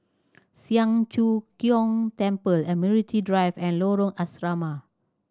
Siang Cho Keong Temple Admiralty Drive and Lorong Asrama